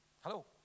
Hello